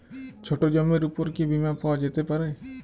ছোট জমির উপর কি বীমা পাওয়া যেতে পারে?